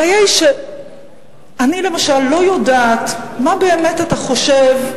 הבעיה היא שאני, למשל, לא יודעת מה באמת אתה חושב,